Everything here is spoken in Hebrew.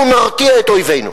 אנחנו נרתיע את אויבינו.